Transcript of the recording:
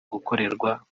gukorerwa